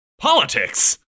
Politics